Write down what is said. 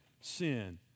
sin